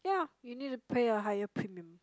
ya you need to pay a higher premium